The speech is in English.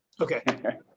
okay,